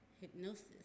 hypnosis